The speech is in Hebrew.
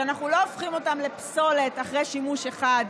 שאנחנו לא הופכים אותם לפסולת אחרי שימוש אחד.